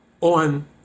on